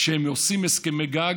כשהם עושים הסכמי גג,